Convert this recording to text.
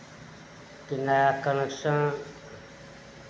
कि नया कनेक्शन